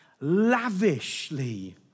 lavishly